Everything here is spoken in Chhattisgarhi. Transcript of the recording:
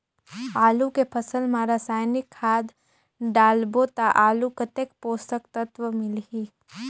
आलू के फसल मा रसायनिक खाद डालबो ता आलू कतेक पोषक तत्व मिलही?